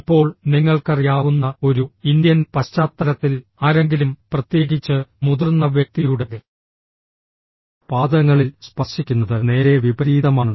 ഇപ്പോൾ നിങ്ങൾക്കറിയാവുന്ന ഒരു ഇന്ത്യൻ പശ്ചാത്തലത്തിൽ ആരെങ്കിലും പ്രത്യേകിച്ച് മുതിർന്ന വ്യക്തിയുടെ പാദങ്ങളിൽ സ്പർശിക്കുന്നത് നേരെ വിപരീതമാണ്